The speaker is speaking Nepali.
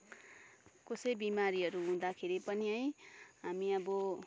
कसै बिमारीहरू हुँदाखेरि पनि है हामी अब